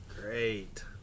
Great